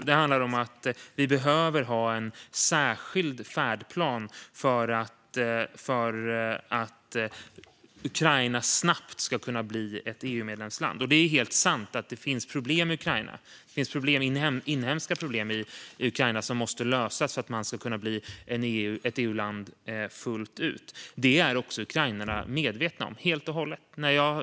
Den handlar om att vi behöver ha en särskild färdplan för att Ukraina snabbt ska kunna bli ett EU-medlemsland. Det är helt sant att det finns inhemska problem i Ukraina som måste lösas för att man ska kunna bli ett EU-land fullt ut, och det är också ukrainarna helt och hållet medvetna om.